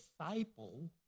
disciple